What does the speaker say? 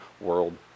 world